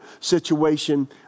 situation